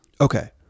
Okay